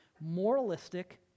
moralistic